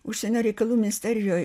užsienio reikalų ministerijoj